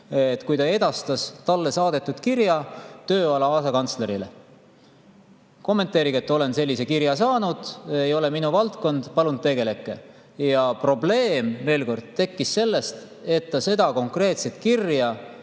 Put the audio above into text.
kui ta edastas talle saadetud kirja tööala asekantslerile kommentaariga: "Olen sellise kirja saanud, ei ole minu valdkond, palun tegelege." Ja probleem, veel kord, tekkis sellest, et ta ei märkinud